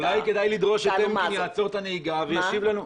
אולי כדאי לדרוש מטמקין שיעצור את הרכב וישיב לנו.